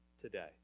today